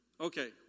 Okay